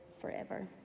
forever